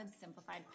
Simplified